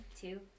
two